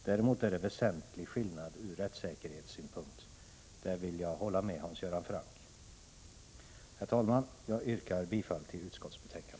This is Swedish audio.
Däremot är det en väsentlig skillnad ur rättssäkerhetssynpunkt; därvidlag vill jag hålla med Hans Göran Franck. Herr talman! Jag yrkar bifall till utskottets hemställan.